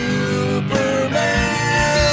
Superman